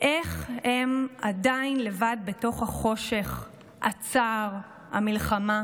איך הם עדיין לבד בתוך החושך, הצער, המלחמה?'